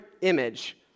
image